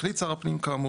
החליט שר הפנים כאמור,